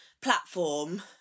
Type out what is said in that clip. platform